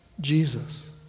Jesus